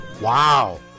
Wow